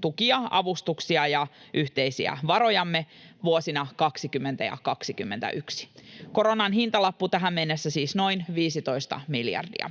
tukia, avustuksia ja yhteisiä varojamme vuosina 20 ja 21. Koronan hintalappu on tähän mennessä siis noin 15 miljardia.